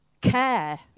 care